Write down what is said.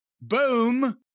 boom